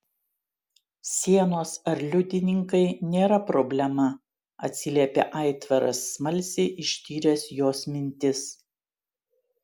sienos ar liudininkai nėra problema atsiliepė aitvaras smalsiai ištyręs jos mintis